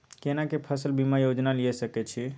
केना के फसल बीमा योजना लीए सके छी?